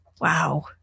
Wow